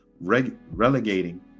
relegating